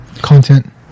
content